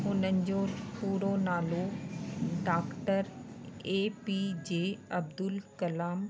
हुननि जो पूरो नालो doctor A P J Abdul Kalam आहे